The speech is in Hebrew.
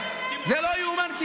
שקלים שאתם אוהבים או לא אוהבים.